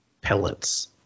pellets